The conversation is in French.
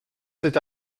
cet